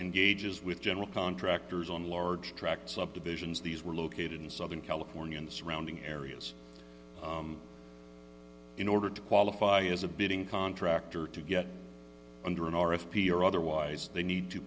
engages with general contractors on large tracts subdivisions these were located in southern california and surrounding areas in order to qualify as a building contractor to get under an r f p or otherwise they need to